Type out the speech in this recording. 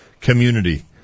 community